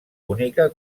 única